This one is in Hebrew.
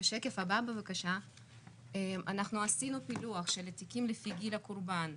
בשקף הבא עשינו פילוח של תיקים לפי גיל הקורבן,